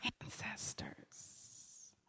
ancestors